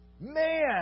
Man